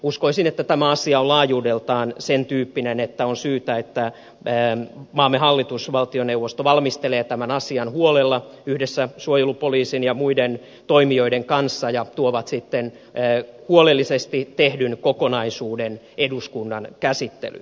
uskoisin että tämä asia on laajuudeltaan sen tyyppinen että on syytä että maamme hallitus valtioneuvosto valmistelee tämän asian huolella yhdessä suojelupoliisin ja muiden toimijoiden kanssa ja tuo sitten huolellisesti tehdyn kokonaisuuden eduskunnan käsittelyyn